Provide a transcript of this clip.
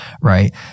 Right